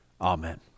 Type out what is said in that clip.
Amen